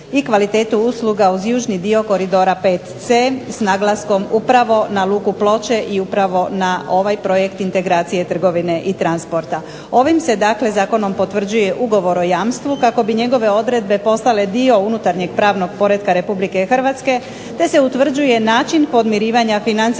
i kvalitetu usluga uz južni dio koridora VC, s naglaskom upravo na luku Ploče i upravo na ovaj projekt integracije trgovine i transporta. Ovim se dakle zakonom potvrđuje ugovor o jamstvu kako bi njegove odredbe postale dio unutarnjeg pravnog poretka Republike Hrvatske, te se utvrđuje način podmirivanja financijskih